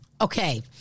Okay